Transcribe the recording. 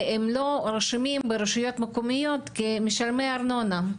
והם לא רשומים ברשויות מקומיות כמשלמי ארנונה.